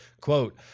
Quote